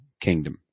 kingdom